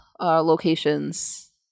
locations